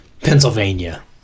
Pennsylvania